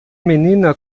menina